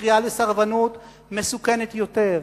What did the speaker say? הקריאה לסרבנות מסוכנת יותר.